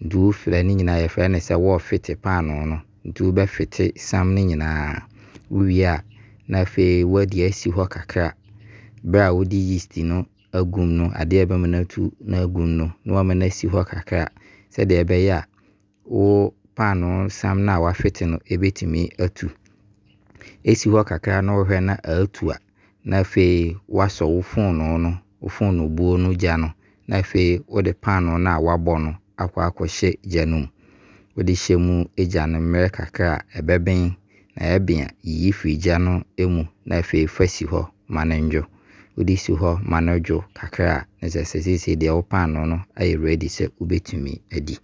nti wofra ne nyinaa, yɛfrɛ no sɛ wɔɔfite Panoo no. Nti wo bɛfite sam no nyinaa, wo wei a, na afei wo de asi hɔ kakra, sɛdeɛ ɛbɛyɛ a wo panoo sam no a wo afite no bɛtumi atu. Ɛsi hɔ kakra na wo hwɛ na atu a, na afei wasɔ wo fonoo no, wo fonoobuo no gya no. Na afei wo de wo panoo no a wabɔ no akɔ akɔhyɛ gya no mu. Wo de hyɛ mu gya no mmerɛ kakra a ɛbɛbɛn, ɛbene a yiyi firi gya no mu na afei fa si hɔ ma no nwo. Wo de si hɔ ma no dwo kakra a na kyerɛ sɛ seisei deɛ wo panoo no ayɛ ready sɛ wo bɛtumi adi.